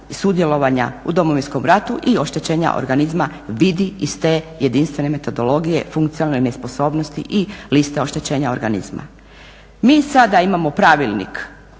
sudjelovanja u Domovinskom ratu i oštećenja organizma vidi iz te jedinstvene metodologije, funkcionalne nesposobnosti i liste oštećenja organizma. Mi sada imamo pravilnik